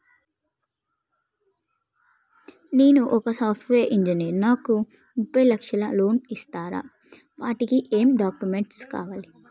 నేను ఒక software engineer నాకు ఒక ముప్పై లక్షల లోన్ ఇస్తరా? వాటికి ఏం డాక్యుమెంట్స్ కావాలి?